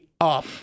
up